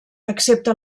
excepte